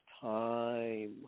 time